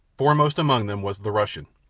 foremost among them was the russian.